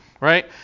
right